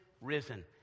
risen